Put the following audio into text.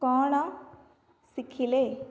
କ'ଣ ଶିଖିଲେ